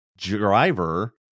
Driver